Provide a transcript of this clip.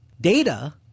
data